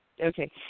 Okay